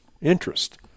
interest